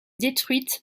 détruite